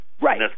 Right